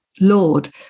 Lord